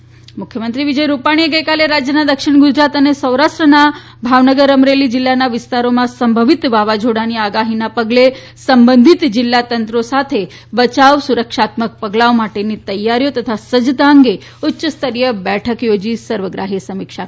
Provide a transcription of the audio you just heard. મુખ્યમંત્રી વાવાઝોડુ મુખ્યમંત્રી શ્રી વિજય રૂપાણીએ ગઇકાલે રાજ્યના દક્ષિણ ગુજરાત અને સૌરાષ્ટ્રના ભાવનગર અમરેલી જિલ્લાના વિસ્તારોમાં સંભવિત વાવાઝોડાની આગાહીને પગલે સંબંઘિત જિલ્લાતંત્રી સાથે બચાવ સુરક્ષાત્મક પગલાંઓ માટેની તૈયારીઓ તથા સજ્જતા અંગે ઉચ્યસ્તરીય બેઠક યોજી સર્વગ્રાહી સમીક્ષા કરી હતી